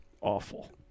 awful